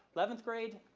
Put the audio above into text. eleventh grade,